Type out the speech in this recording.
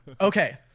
Okay